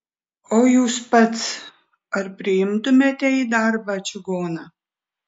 o jūs pats ar priimtumėte į darbą čigoną